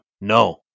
No